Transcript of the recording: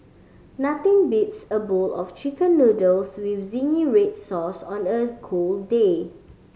nothing beats a bowl of Chicken Noodles with zingy red sauce on a cold day